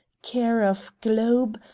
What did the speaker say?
care of globe,